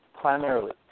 primarily